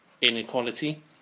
inequality